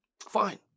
fine